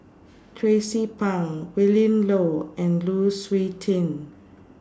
Tracie Pang Willin Low and Lu Suitin